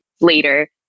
later